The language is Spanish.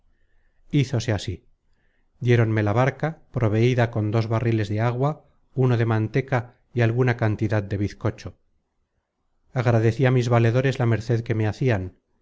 llevase hízose así dieronme la barca proveida con dos barriles de agua uno de manteca y alguna cantidad de bizcocho agradecí á mis valedores la merced que me hacian